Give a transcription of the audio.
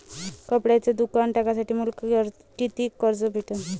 कपड्याचं दुकान टाकासाठी मले कितीक कर्ज भेटन?